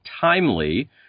timely